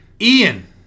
Ian